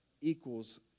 equals